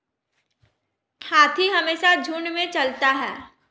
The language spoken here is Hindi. हाथी हमेशा झुंड में चलता है